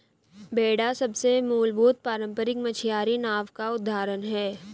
बेड़ा सबसे मूलभूत पारम्परिक मछियारी नाव का उदाहरण है